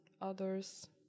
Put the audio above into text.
Others